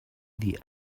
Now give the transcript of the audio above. the